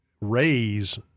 raise